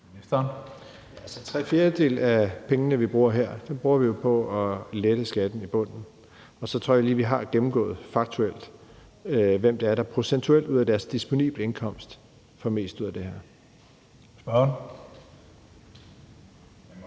tre fjerdedele af pengene, vi bruger her, bruger vi jo på at lette skatten i bunden. Og så mener jeg, at vi lige har haft en faktuel gennemgang af, hvem det er, der procentuelt ud af deres disponible indkomst får mest ud af det her.